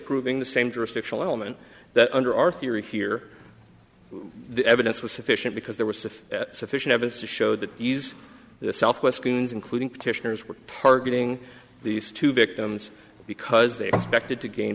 proving the same jurisdictional element that under our theory here the evidence was sufficient because there was sufficient evidence to show that he's the southwest including petitioners were targeting these two victims because they expected to gain